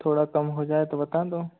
थोड़ा कम हो जाए तो बता दो